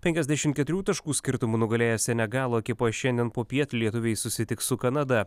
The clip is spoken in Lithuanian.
penkiasdešimt keturių taškų skirtumu nugalėję senegalo ekipą šiandien popiet lietuviai susitiks su kanada